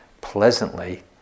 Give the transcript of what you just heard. pleasantly